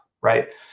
right